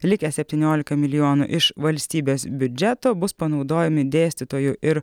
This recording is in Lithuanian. likę septyniolika milijonų iš valstybės biudžeto bus panaudojami dėstytojų ir